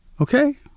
Okay